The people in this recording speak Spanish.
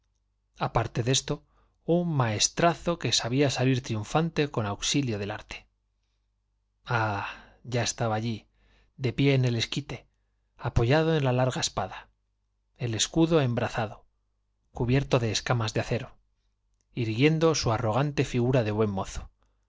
frescura y de esto maestrazo valentía de su mujer aparte un triunfante con auxilio del arte que sabía salir ah ya estaba alli de pie en el esquite apoyado i en la larga espada el escudo embrazado cubierto de figura de escamas de acero irguiendo su arrogante toda la aristocracia de buen mozo